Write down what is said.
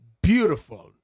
Beautiful